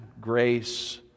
grace